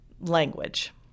language